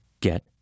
get